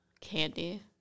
Candy